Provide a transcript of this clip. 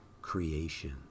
creation